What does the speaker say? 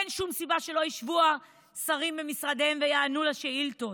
אין שום סיבה שלא ישבו השרים במשרדיהם ויענו על שאילתות,